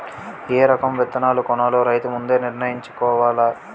ఏ రకం విత్తనాలు కొనాలో రైతు ముందే నిర్ణయించుకోవాల